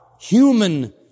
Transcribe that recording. human